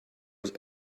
was